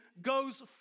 goes